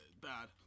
Bad